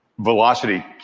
Velocity